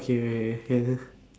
okay okay can